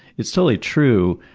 it's totally true,